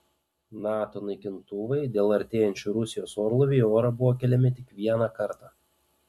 nato naikintuvai dėl artėjančių rusijos orlaivių į orą buvo keliami tik vieną kartą